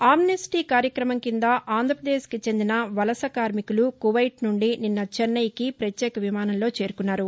ఆమ్పెస్టీ కార్యక్రమం కింద ఆంధ్రప్రదేశ్కి చెందిన వలస కార్మికులు కువైట్ నుండి నిన్న చెన్నై కి ప్రత్యేక విమానంలో చేరుకున్నారు